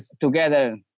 together